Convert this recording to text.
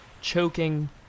choking